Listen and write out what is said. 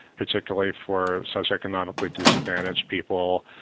particularly for socioeconomically disadvantaged people,